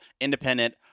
independent